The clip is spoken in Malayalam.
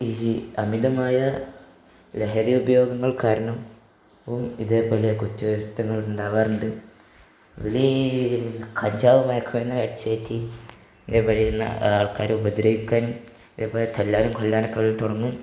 ഈ അമിതമായ ലഹരി ഉപയോഗങ്ങൾക്കാരണം ഇതേപോലെ കുറ്റകൃത്യങ്ങൾ ഉണ്ടാകാറുണ്ട് ഇവരീ കഞ്ചാവ് മയക്കു മരുന്ന് അടിച്ചു കയറ്റി ഇവർ എന്നാൽ ആൾക്കാരെ ഉപദ്രവിക്കാൻ ഇപ്പം തല്ലാനും കൊല്ലാനൊക്കെ അവർ തുടങ്ങും